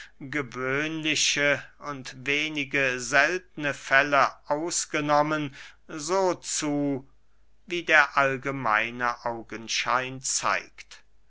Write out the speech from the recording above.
gewöhnlich und wenige seltne fälle ausgenommen so zu wie der allgemeine augenschein zeigt